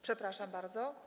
Przepraszam bardzo.